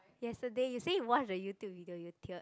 yesterday you say you watched the YouTube video you teared